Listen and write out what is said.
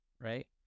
right